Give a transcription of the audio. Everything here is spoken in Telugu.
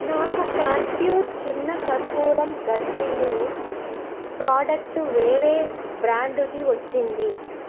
నాకు క్యాంప్యూర్ చిన్న కర్పూరం గడ్డీలు ప్రాడక్టు వేరే బ్రాండుది వచ్చింది